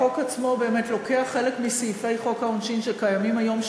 החוק עצמו באמת לוקח חלק מסעיפי חוק העונשין שקיימים היום,